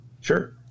Sure